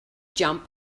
jump